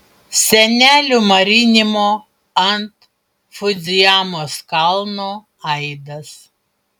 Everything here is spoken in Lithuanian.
senelių marinimo ant fudzijamos kalno aidas